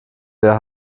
wir